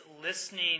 listening